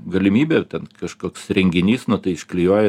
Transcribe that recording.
galimybė ten kažkoks renginys nu tai išklijuoji